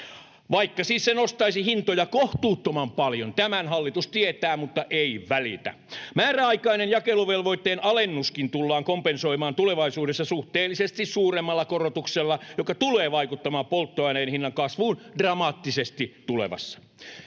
Vaikka se siis nostaisi hintoja kohtuuttoman paljon, tämän hallitus tietää, mutta ei välitä. Määräaikainen jakeluvelvoitteen alennuskin tullaan kompensoimaan tulevaisuudessa suhteellisesti suuremmalla korotuksella, joka tulee vaikuttamaan polttoaineen hinnan kasvuun dramaattisesti tulevassa.